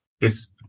Yes